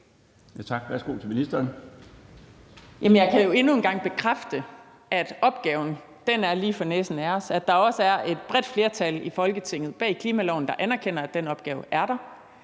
jeg kan jo endnu en gang bekræfte, at opgaven er lige for næsen af os, at der også er et bredt flertal i Folketinget bag klimaloven, der anerkender, at den opgave er der,